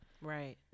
right